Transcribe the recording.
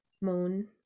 moon